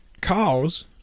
cause